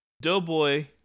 Doughboy